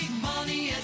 money